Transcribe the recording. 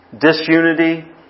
disunity